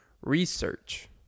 research